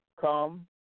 come